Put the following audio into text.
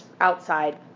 outside